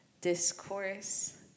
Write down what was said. discourse